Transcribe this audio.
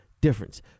difference